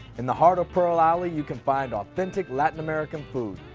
in the heart of pearl alley, you can find authentic latn-american food.